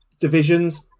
divisions